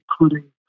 including